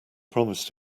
promised